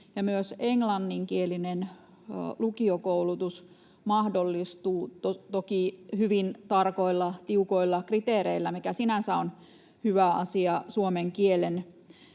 Myös englanninkielinen lukiokoulutus mahdollistuu, toki hyvin tarkoilla, tiukoilla kriteereillä, mikä sinänsä on hyvä asia suomen kielen